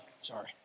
Sorry